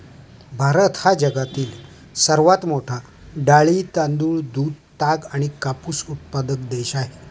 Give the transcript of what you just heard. भारत हा जगातील सर्वात मोठा डाळी, तांदूळ, दूध, ताग आणि कापूस उत्पादक देश आहे